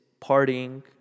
partying